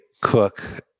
Cook